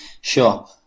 sure